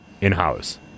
in-house